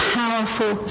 powerful